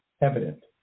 evident